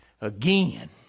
Again